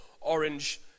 orange